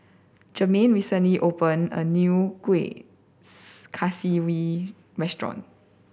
Germaine recently open a new kuih kaswi restaurant